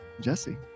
jesse